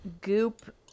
goop